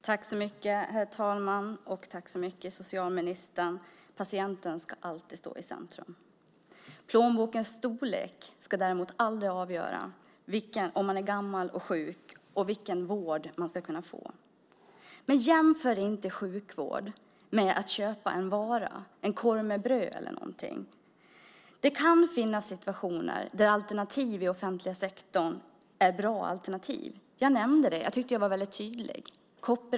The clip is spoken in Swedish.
Herr talman! Tack så mycket, socialministern. Patienten ska alltid stå i centrum. Plånbokens storlek ska däremot aldrig avgöra vilken vård man ska kunna få om man är gammal och sjuk. Jämför inte sjukvård med att köpa en vara, en korv med bröd eller någonting! Det kan finnas situationer där alternativ till den offentliga sektorn är bra alternativ. Jag nämnde kooperativen - jag tyckte att jag var väldigt tydlig.